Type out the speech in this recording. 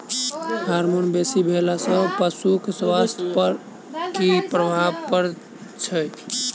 Hormone बेसी भेला सॅ पशुक स्वास्थ्य पर की प्रभाव पड़ैत छै?